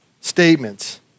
statements